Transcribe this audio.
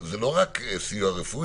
זה לא רק סיוע רפואי.